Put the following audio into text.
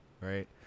right